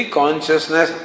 consciousness